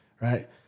right